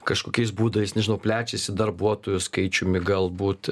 kažkokiais būdais nežinau plečiasi darbuotojų skaičiumi galbūt